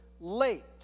late